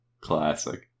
Classic